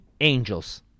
angels